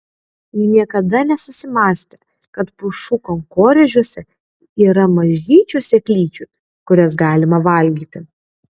ji niekada nesusimąstė kad pušų kankorėžiuose yra mažyčių sėklyčių kurias galima valgyti